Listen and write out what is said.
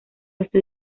estoy